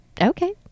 Okay